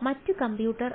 അതിനാൽ മറ്റ് കമ്പ്യൂട്ടർ